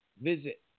visit